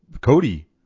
Cody